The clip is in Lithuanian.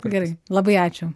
gerai labai ačiū